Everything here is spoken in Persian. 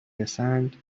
رسند